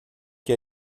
que